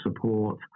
support